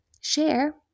share